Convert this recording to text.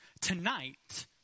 Tonight